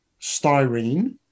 styrene